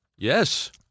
Yes